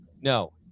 No